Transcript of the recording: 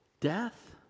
death